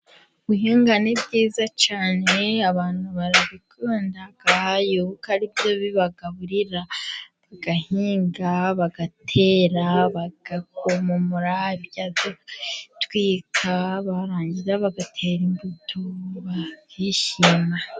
Guhinga ni byiza cyane. Abantu barabikunda kuko ari byo bibagaburira. Bagahinga, bagatera, bagakunkumura ibyo gutwika, barangiza bagatera imbuto bakishima.